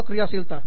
अक्रियाशीलता